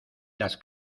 las